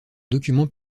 document